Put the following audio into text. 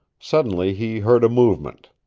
suddenly he heard a movement.